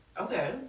Okay